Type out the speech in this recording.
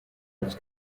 als